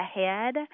ahead